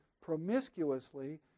promiscuously